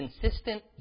consistent